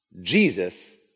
Jesus